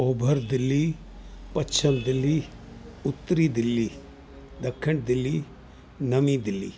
ओभर दिल्ली पश्चम दिल्ली उत्तरी दिल्ली ॾखिण दिल्ली नवी दिल्ली